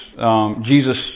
Jesus